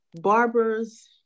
barbers